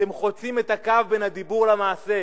אתם חוצים את הקו שבין הדיבור למעשה,